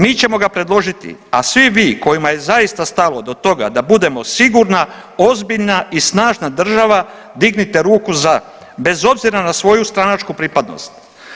Mi ćemo ga predložiti, a svi vi kojima je zaista stalo do toga da budemo sigurna, ozbiljna i snažna država, dignite ruku za, bez obzira na svoju stranačku pripadnost.